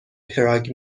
پراگ